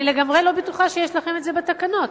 אני לגמרי לא בטוחה שיש לכם דבר כזה בתקנות.